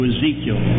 Ezekiel